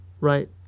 Right